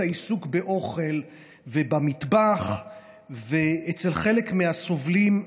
העיסוק באוכל ובמטבח אצל חלק מהסובלים,